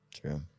True